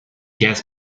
jazz